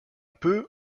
peu